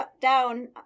down